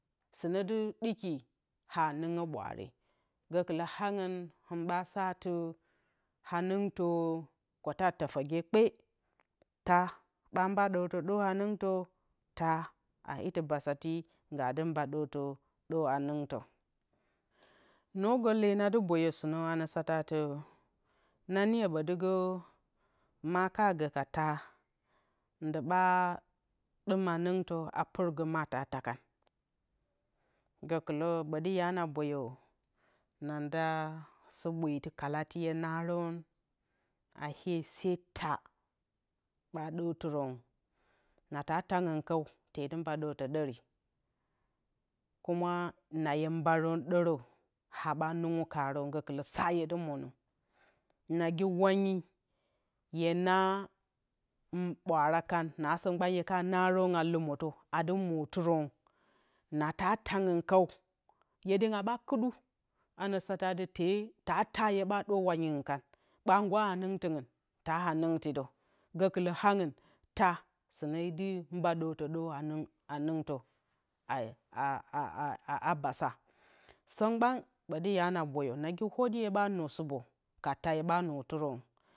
Sunnə du ɗuki ha nungyo ɓuəgra gukullə angn hɨn ɓu sa ati hanɨngtə ko te a tofoge kpe taa ɓa ba dortə ɗor haningtə. daa a itɨ basati naa ɗu ba ɗordə ɗor hanɨngtə, noogə le na du ɓoyo suna ano sataati na niyo botigə ma kana go ka taa ndu ɓo ɗum hanɨngtə a pur go ma ta taa kah, go kulə ɓoti ya na boyo na nda su ɓuretɨ kalati hye naron a iye taa ɓa ɗor tɨron, nata taang kəw te ndu mba ɗootə ɗori mbakiubak na hye mbaron ɗoro ha ɓa rinugyu karon gukwo sa hye du muro no nagi hwangyi hye na ɓwaan kan naso ngban hye ka naron a lumotə adɨ mwo turon nata taangn kəw eydingy ɓa kɨdu ano satati ta taa hye ɓa ɗor hwangyingn kan ba a ndu haningtɨngn ta haninghdɨ də gokulo angin taa, suno ndub ɗortə ɗor haningntə qiaaa basa sə gban ɓoti ya na boyi nagi hwodi hye ɓa nno supka taa hye ɓa notɨron.